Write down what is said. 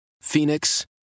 Phoenix